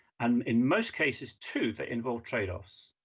and in most cases too, they involve trade-offs,